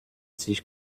sich